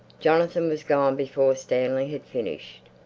jonathan was gone before stanley had finished.